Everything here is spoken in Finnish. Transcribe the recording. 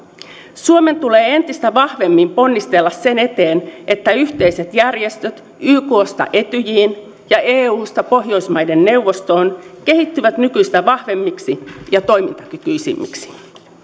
suomen tulee entistä vahvemmin ponnistella sen eteen että yhteiset järjestöt yksta etyjiin ja eusta pohjoismaiden neuvostoon kehittyvät nykyistä vahvemmiksi ja toimintakykyisemmiksi